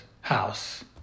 house